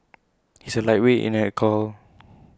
he is A lightweight in alcohol